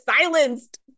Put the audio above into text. silenced